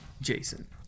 Jason